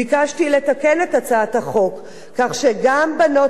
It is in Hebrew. ביקשתי לתקן את הצעת החוק כך שגם בנות